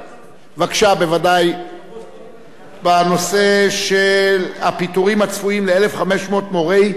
בוודאי בנושא של הפיטורים הצפויים ל-1,500 מורי תוכנית